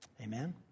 Amen